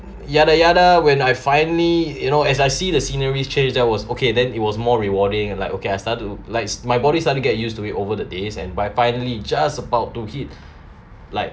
yada yada when I finally you know as I see the sceneries change that was okay then it was more rewarding like okay I start to likes my body started to get used to it over the days and by finally just about to hit like